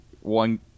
one